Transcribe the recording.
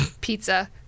pizza